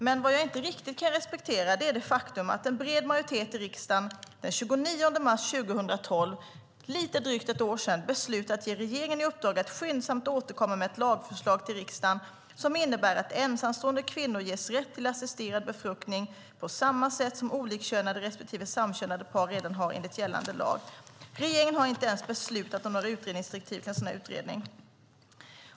Men vad jag inte riktigt kan respektera är att trots det faktum att en bred majoritet i riksdagen den 29 mars 2012, för lite drygt ett år sedan, beslutade att ge regeringen i uppdrag att skyndsamt återkomma med ett lagförslag till riksdagen som innebär att ensamstående kvinnor ges rätt till assisterad befruktning på samma sätt som olikkönade respektive samkönade par redan har enligt gällande lag, har regeringen inte ens beslutat om några utredningsdirektiv för en sådan utredning.